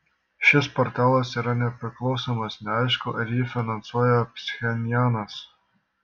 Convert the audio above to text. šis portalas yra nepriklausomas neaišku ar jį finansuoja pchenjanas